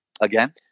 again